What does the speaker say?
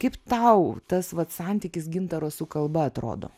kaip tau tas vat santykis gintaro su kalba atrodo